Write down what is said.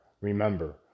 Remember